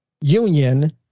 Union